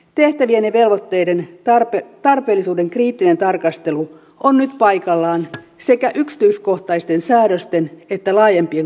tehtävien ja velvoitteiden tarpeellisuuden kriittinen tarkastelu on nyt paikallaan sekä yksityiskohtaisten säädösten että laajempien kokonaisuuksienkin osalta